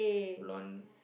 bronze